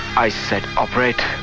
i said operate.